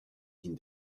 zien